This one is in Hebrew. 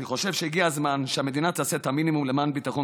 אני חושב שהגיע הזמן שהמדינה תעשה את המינימום למען ביטחון